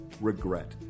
regret